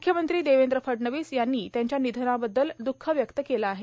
मुख्यमंत्री देवेंद्र फडणवीस यांनी त्यांच्या निधनाबद्दल द्ःख व्यक्त केलं आहे